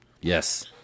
Yes